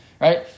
Right